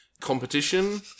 competition